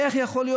איך יכול להיות?